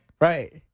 Right